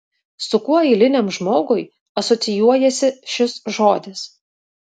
su kuo eiliniam žmogui asocijuojasi šis žodis